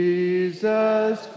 Jesus